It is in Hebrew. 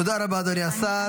תודה רבה, אדוני השר.